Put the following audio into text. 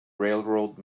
railroad